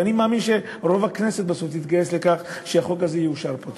ואני מאמין שרוב הכנסת בסוף תתגייס לכך שהחוק הזה יאושר פה.